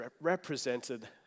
represented